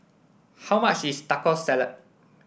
how much is Taco Salad